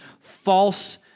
false